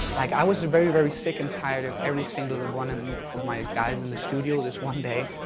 like i was very, very sick and tired of every single and one and of my guys in the studio this one day,